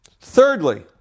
Thirdly